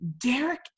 Derek